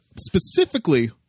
specifically